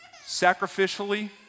sacrificially